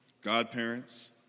godparents